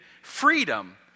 freedom